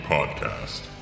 Podcast